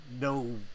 no